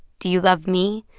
do you love me?